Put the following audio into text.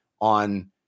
on